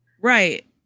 Right